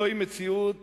זוהי מציאות